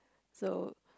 so